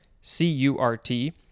C-U-R-T